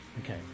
okay